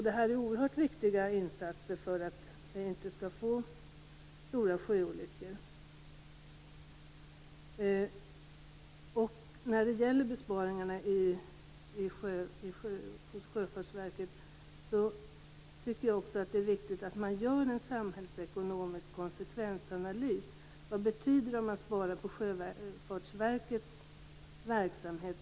Det här är väldigt viktiga insatser för att det inte skall ske stora sjöolyckor. När det gäller besparingarna hos Sjöfartsverket tycker jag att det är viktigt att göra en samhällsekonomisk konsekvensanalys: Vad betyder det om man sparar på Sjöfartsverkets verksamhet?